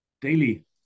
daily